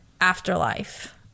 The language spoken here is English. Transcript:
afterlife